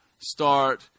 start